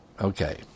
Okay